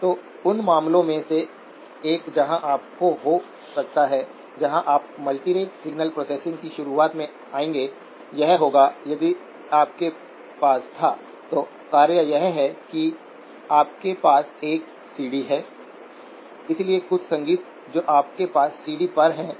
तो उन मामलों में से एक जहां आपको हो सकता है जहां आप मल्टीरेट सिग्नल प्रोसेसिंग की शुरुआत में आएंगे यह होगा कि यदि आपके पास था तो कार्य यह है कि आपके पास एक सीडी है इसलिए कुछ संगीत जो आपके पास सीडी पर हैं